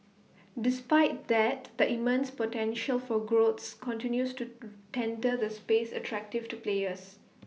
despite that the immense potential for growth continues to render the space attractive to players